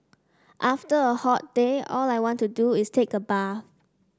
after a hot day all I want to do is take a bath